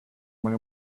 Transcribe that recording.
more